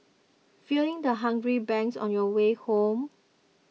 feeling the hunger pangs on your way home